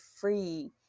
free